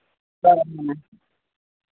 ᱦᱮᱸ ᱦᱮᱸ